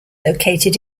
located